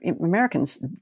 Americans